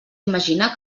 imaginar